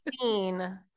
seen